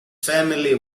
family